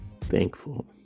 thankful